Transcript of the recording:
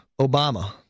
Obama